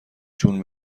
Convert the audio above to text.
جون